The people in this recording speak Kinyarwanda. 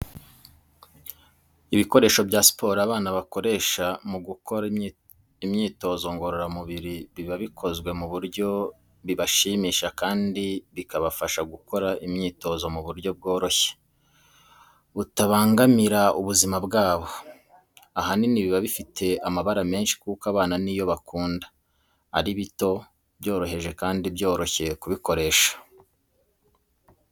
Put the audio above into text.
Ibikoresho bya siporo abana bakoresha mu gukora imyitozo ngororamubiri biba bikozwe ku buryo bibashimisha kandi bikabafasha gukora imyitozo mu buryo bworoshye butabangamira ubuzima bwabo. Ahanini biba bifite amabara menshi kuko abana niyo bakunda, ari bito, byoroheje kandi byoroshye kubikoresha.